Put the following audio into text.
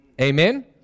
Amen